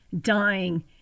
dying